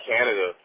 Canada